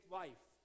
life